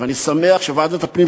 ואני שמח שבוועדת הפנים,